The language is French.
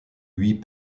huit